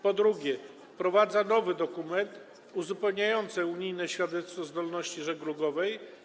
Po drugie, wprowadza się nowy dokument uzupełniający unijne świadectwo zdolności żeglugowej.